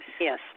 Yes